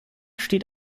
steht